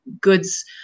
goods